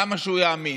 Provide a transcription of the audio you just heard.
למה שהוא יאמין?